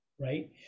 right